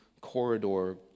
corridor